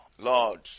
Lord